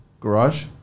garage